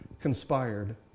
conspired